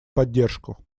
поддержку